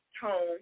home